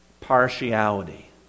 partiality